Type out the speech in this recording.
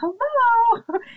hello